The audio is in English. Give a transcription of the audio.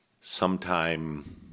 sometime